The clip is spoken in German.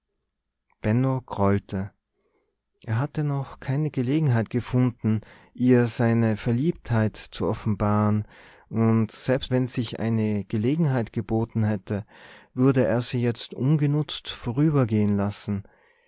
grollte er hatte noch keine gelegenheit gefunden ihr seine verliebtheit zu offenbaren und selbst wenn sich eine gelegenheit geboten hätte würde er sie jetzt ungenutzt vorübergehen lassen